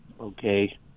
Okay